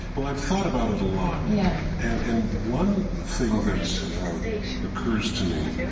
well, i've thought about it a lot, yeah and and one thing that occurs to me,